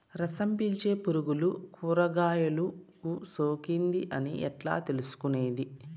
రసం పీల్చే పులుగులు కూరగాయలు కు సోకింది అని ఎట్లా తెలుసుకునేది?